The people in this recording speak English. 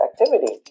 activity